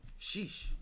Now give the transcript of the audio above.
Sheesh